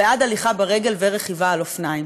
וכן הליכה ברגל ורכיבה על אופניים.